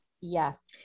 yes